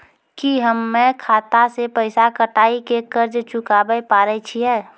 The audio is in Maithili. की हम्मय खाता से पैसा कटाई के कर्ज चुकाबै पारे छियै?